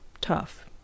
Tough